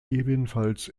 ebenfalls